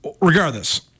regardless